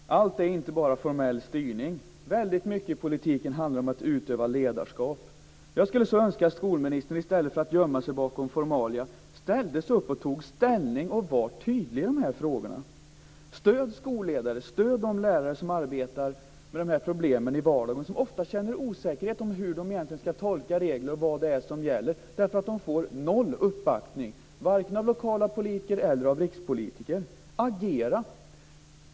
Fru talman! Allt är inte bara formell styrning. Väldigt mycket i politiken handlar om att utöva ledarskap. Jag skulle önska att skolministern i stället för att gömma sig bakom formalia ställde sig upp och tog ställning och var tydlig i dessa frågor. Stöd skolledare, stöd de lärare som arbetar med dessa problem i vardagen och som ofta känner osäkerhet om hur de egentligen ska tolka regler och vad det är som gäller därför att de inte får någon uppbackning, vare sig från lokala politiker eller från rikspolitiker. Agera.